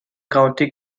county